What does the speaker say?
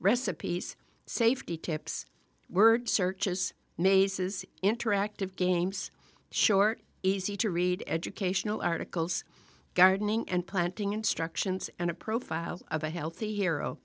recipes safety tips word searches mazes interactive games short easy to read educational articles gardening and planting instructions and a profile of a healthy hero